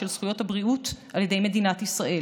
של זכויות הבריאות על ידי מדינת ישראל.